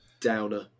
downer